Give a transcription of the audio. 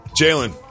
Jalen